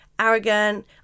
arrogant